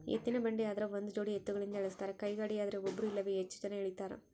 ಎತ್ತಿನಬಂಡಿ ಆದ್ರ ಒಂದುಜೋಡಿ ಎತ್ತುಗಳಿಂದ ಎಳಸ್ತಾರ ಕೈಗಾಡಿಯದ್ರೆ ಒಬ್ರು ಇಲ್ಲವೇ ಹೆಚ್ಚು ಜನ ಎಳೀತಾರ